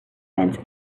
fence